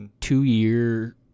two-year